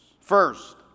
First